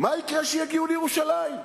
מה יקרה כשיגיעו לירושלים?